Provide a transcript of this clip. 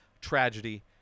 tragedy